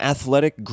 Athletic